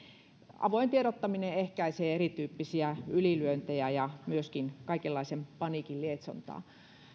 avoin tiedottaminen ehkäisee erityyppisiä ylilyöntejä ja myöskin kaikenlaisen paniikin lietsontaa